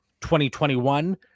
2021